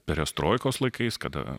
perestroikos laikais kada